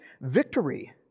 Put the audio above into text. victory